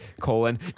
colon